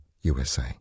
USA